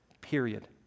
period